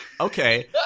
Okay